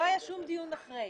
לא היה שום דיון אחרי,